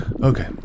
okay